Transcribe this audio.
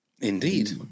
indeed